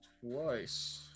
twice